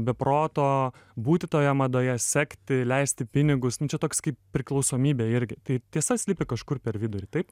be proto būti toje madoje sekti leisti pinigus na čia toks kaip priklausomybė irgi tai tiesa slypi kažkur per vidurį taip